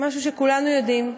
משהו שכולנו יודעים: